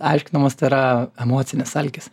aiškinamas tai yra emocinis alkis